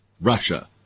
Russia